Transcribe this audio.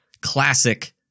classic